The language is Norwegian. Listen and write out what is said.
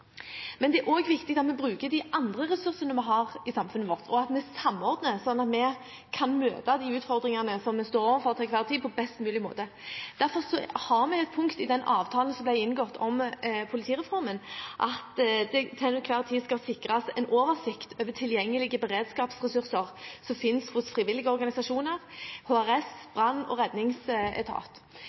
Men det er også viktig at vi bruker de andre ressursene vi har i samfunnet vårt, og at vi samordner, slik at vi kan møte de utfordringene som vi står overfor til enhver tid på best mulig måte. Derfor har vi et punkt i den avtalen som ble inngått om politireformen, at det til enhver tid skal sikres en oversikt over tilgjengelige beredskapsressurser som finnes hos frivillige organisasjoner, HRS, brann- og